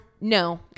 No